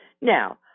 Now